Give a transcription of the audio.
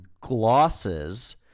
glosses